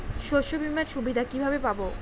শস্যবিমার সুবিধা কিভাবে পাবো?